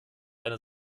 eine